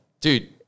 Dude